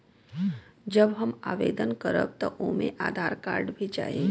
जब हम आवेदन करब त ओमे आधार कार्ड भी चाही?